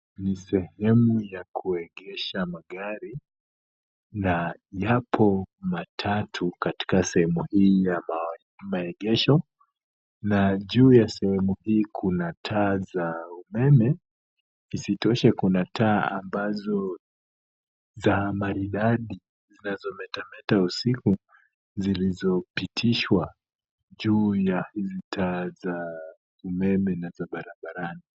Ni sehemu ya kuegesha magari na yapo matatu katika sehemu hii ya maegesho na juu ya sehemu hii kuna taa za umeme. Isitoshe kuna taa ambazo za maridadi zinazometameta usiku, zilizopitishwa juu ya hizi taa za umeme na za barabarani.